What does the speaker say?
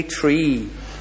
tree